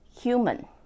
human